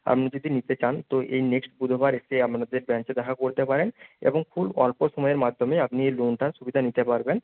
আপনি যদি নিতে চান তো এই নেক্সট বুধবার এসে আমাদের ব্রাঞ্চে দেখা করতে পারেন এবং খুব অল্প সময়ের মাধ্যমে আপনি এই লোনটার সুবিধা নিতে পারবেন